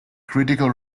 critical